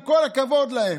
עם כל הכבוד להם.